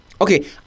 Okay